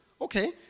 Okay